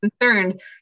concerned